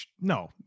No